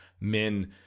men